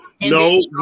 no